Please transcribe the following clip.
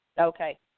Okay